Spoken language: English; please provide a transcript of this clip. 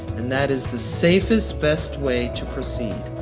and that is the safest best way to proceed.